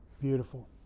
Beautiful